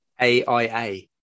A-I-A